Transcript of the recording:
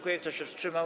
Kto się wstrzymał?